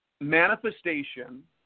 Manifestation